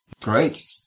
Great